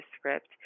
script